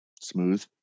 Smooth